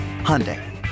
Hyundai